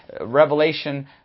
Revelation